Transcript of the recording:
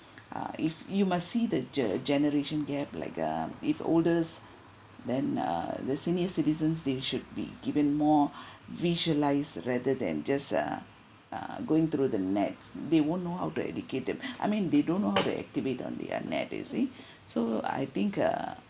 uh if you must see the ge~ generation gap like um if oldest then uh the senior citizens they should be given more visualised rather than just uh uh going through the nets they won't know how to educate them I mean they don't know how to activate on the uh net you see so I think uh